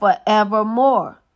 forevermore